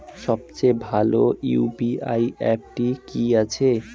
সবচেয়ে ভালো ইউ.পি.আই অ্যাপটি কি আছে?